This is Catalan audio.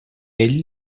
ell